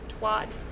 twat